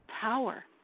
Power